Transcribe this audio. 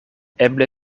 eble